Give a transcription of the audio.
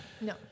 No